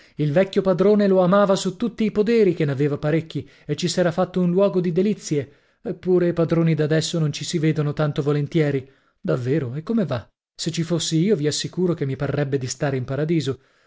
il vecchio padrone lo amava su tutti i suoi poderi che n'aveva parecchi e ci s'era fatto un luogo di delizie eppure i padroni d'adesso non ci si vedono tanto volentieri davvero e come va se ci fossi io vi assicuro che mi parrebbe di stare in paradiso